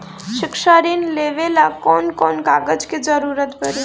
शिक्षा ऋण लेवेला कौन कौन कागज के जरुरत पड़ी?